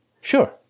Sure